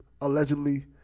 allegedly